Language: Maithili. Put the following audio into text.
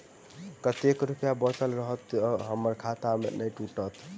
कतेक रुपया बचल रहत तऽ हम्मर खाता नै टूटत?